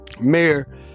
Mayor